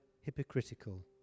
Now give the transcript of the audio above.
hypocritical